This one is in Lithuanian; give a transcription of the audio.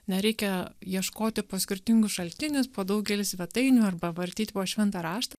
nereikia ieškoti po skirtingus šaltinius po daugelį svetainių arba vartyt po šventą raštą